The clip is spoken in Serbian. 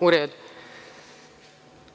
u redu. Što